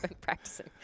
practicing